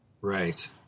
Right